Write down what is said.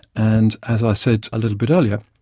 and as i said a little bit earlier,